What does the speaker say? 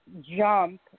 jump